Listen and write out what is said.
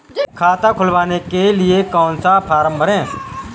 खाता खुलवाने के लिए कौन सा फॉर्म भरें?